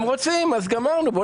הם רוצים, אז גמרנו.